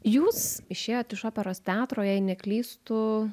jūs išėjot iš operos teatro jei neklystu